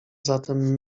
zatem